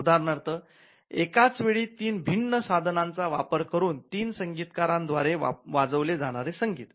उदाहरणार्थ एकाच वेळी तीन भिन्न साधनांचा वापर करून तीन संगीतकारांद्वारे वाजवले जाणारे संगीत